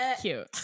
cute